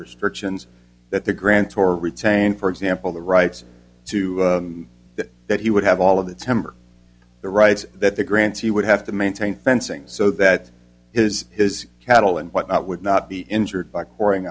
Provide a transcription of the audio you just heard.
restrictions that the grants or retain for example the rights to that that he would have all of the temblor the rights that the grants he would have to maintain fencing so that his his cattle and whatnot would not be injured by pouring